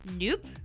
Nope